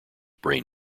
brain